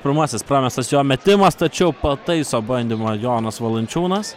pirmasis pramestas jo metimas tačiau pataiso bandymą jonas valančiūnas